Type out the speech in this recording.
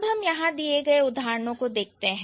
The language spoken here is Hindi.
अब हम यहां दिए गए उदाहरणों को देखते हैं